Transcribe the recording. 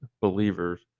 believers